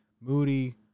Moody